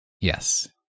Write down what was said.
Yes